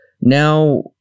Now